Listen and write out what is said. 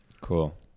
Cool